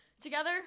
together